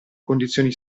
condizioni